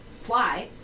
fly